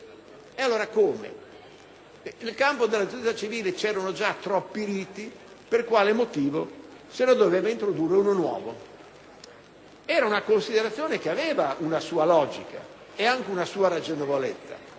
un nuovo rito. Nel campo della giustizia civile c'erano già troppi riti, per quale motivo se ne doveva introdurre uno nuovo? Era una considerazione che aveva una sua logica e una sua ragionevolezza,